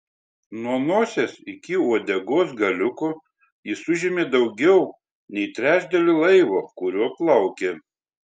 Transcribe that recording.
nuo nosies iki uodegos galiuko jis užėmė daugiau nei trečdalį laivo kuriuo plaukė